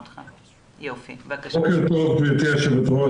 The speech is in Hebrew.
בוקר טוב גבירתי היו"ר,